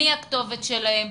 מי הכתובת שלהם,